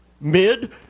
mid